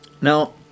Now